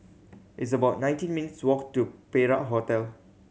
it's about nineteen minutes' walk to Perak Hotel